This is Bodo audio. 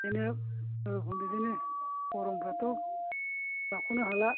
बिदिनो गरमफ्राथ' लाख'नो हालिया